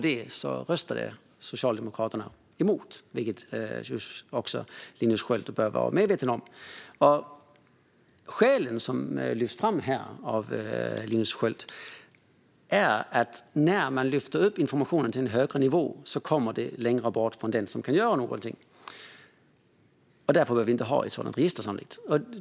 Det röstade Socialdemokraterna emot, vilket också Linus Sköld bör vara medveten om. Skälen som lyfts fram här av Linus Sköld är att när man lyfter upp informationen till en högre nivå kommer den längre bort från den som kan göra någonting, och därför behöver vi inte ha ett sådant register.